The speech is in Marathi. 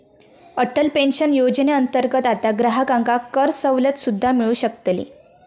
अटल पेन्शन योजनेअंतर्गत आता ग्राहकांका करसवलत सुद्दा मिळू शकतली